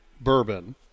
bourbon